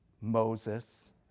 Moses